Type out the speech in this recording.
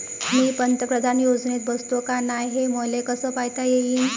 मी पंतप्रधान योजनेत बसतो का नाय, हे मले कस पायता येईन?